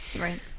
Right